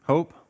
Hope